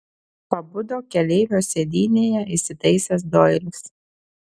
pabudo keleivio sėdynėje įsitaisęs doilis